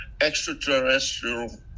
extraterrestrial